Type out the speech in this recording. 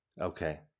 Okay